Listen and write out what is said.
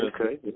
Okay